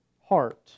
heart